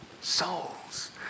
souls